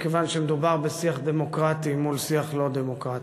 מכיוון שמדובר בשיח דמוקרטי מול שיח לא דמוקרטי.